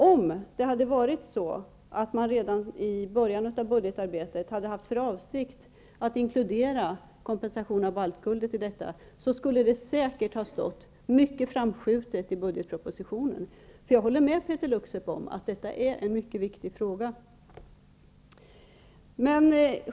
Om ni redan i början av budgetarbetet hade haft för avsikt att inkludera kompensation av baltguldet i detta, skulle det säkert ha stått mycket framskjutet i budgetpropositionen. Jag håller med Peeter Luksep om att detta är en mycket viktig fråga.